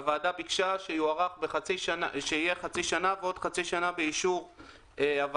הוועדה ביקשה שיהיה חצי שנה ועדו חצי שנה באישור הוועדה,